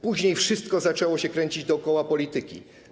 Później wszystko zaczęło się kręcić dookoła polityki.